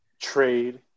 trade